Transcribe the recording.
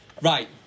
Right